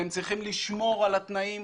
והם צריכים לשמור על התנאים,